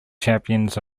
champions